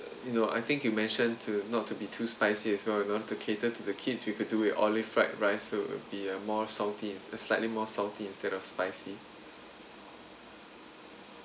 you know I think you mentioned to not to be too spicy as well in order to cater to the kids we could do it olive fried rice so it'll be a more salty uh slightly more salty instead of spicy